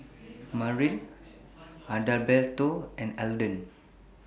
Myrl Adalberto and Alden